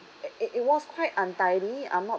it it was quite untidy I'm not